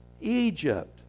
Egypt